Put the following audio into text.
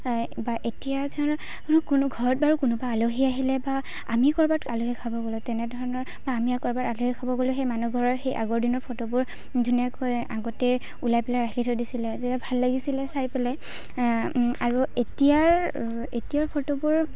বা এতিয়া ধৰক কোনো ঘৰত বাৰু কোনোবা আলহী আহিলে বা আমি ক'ৰবাত আলহী খাব গ'লে তেনেধৰণৰ বা আমি আকৌ এবাৰ আলহী খাব গ'লে সেই মানুহঘৰৰ সেই আগৰদিনৰ ফটোবোৰ ধুনীয়াকৈ আগতেই ওলাই পেলাই ৰাখি থৈ দিছিলে তেতিয়া ভাল লাগিছিলে চাই পেলাই আৰু এতিয়াৰ এতিয়াৰ ফটোবোৰ